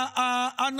פשוט לא ייאמן.